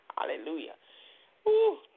Hallelujah